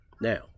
Now